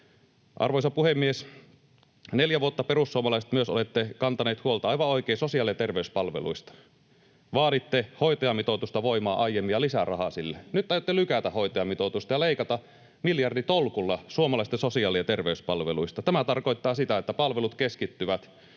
Arvoisa puhemies! Neljä vuotta te perussuomalaiset myös olette kantaneet huolta aivan oikein sosiaali- ja terveyspalveluista. Vaaditte hoitajamitoitusta voimaan aiemmin ja lisää rahaa sille. Nyt te aiotte lykätä hoitajamitoitusta ja leikata miljarditolkulla suomalaisten sosiaali- ja terveyspalveluista. Tämä tarkoittaa sitä, että palvelut keskittyvät